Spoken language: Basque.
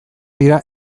dira